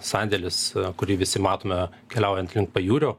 sandėlis kurį visi matome keliaujant link pajūrio